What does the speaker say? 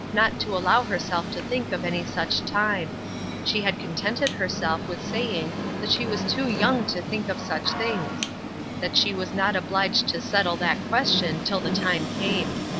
not to allow herself to think of any such time she had contented herself with saying that she was too young to think of such things that she was not obliged to settle that question till the time came.